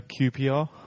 QPR